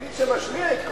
הוא היחידי שמשמיע את קולו.